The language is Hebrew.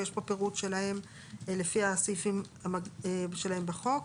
ויש פה פירוט שלהם לפי הסעיפים שלהם בחוק.